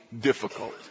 difficult